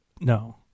no